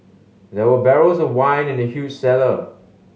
there were barrels of wine in the huge cellar